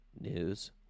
news